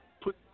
put